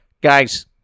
guys